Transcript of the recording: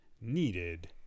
needed